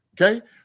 Okay